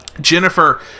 Jennifer